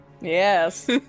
Yes